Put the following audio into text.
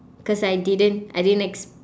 cause I didn't I didn't ex~